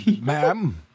ma'am